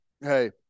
Hey